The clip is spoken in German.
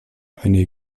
eine